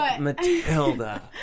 Matilda